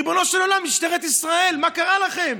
ריבונו של עולם, משטרת ישראל, מה קרה לכם?